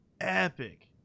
epic